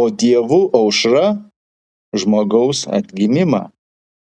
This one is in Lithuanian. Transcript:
o dievų aušra žmogaus atgimimą